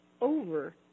over